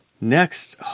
Next